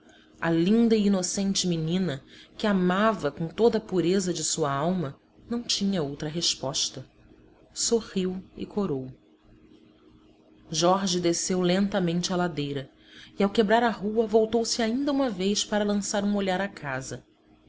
a linda e inocente menina que amava com toda a pureza de sua alma não tinha outra resposta sorriu e corou jorge desceu lentamente a ladeira e ao quebrar a rua voltou-se ainda uma vez para lançar um olhar à casa